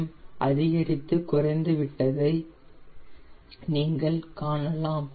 M அதிகரித்து குறைந்துவிட்டதை நீங்கள் காணலாம்